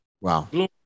Wow